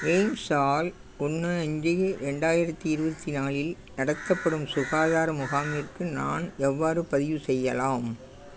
AIIMS ஆல் ஒன்று அஞ்சு இரண்டாயிரத்தி இருபத்தி நாலில் நடத்தப்படும் சுகாதார முகாமிற்கு நான் எவ்வாறு பதிவு செய்யலாம்